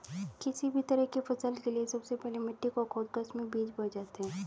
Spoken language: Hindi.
किसी भी तरह की फसल के लिए सबसे पहले मिट्टी को खोदकर उसमें बीज बोए जाते हैं